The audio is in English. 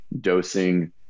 dosing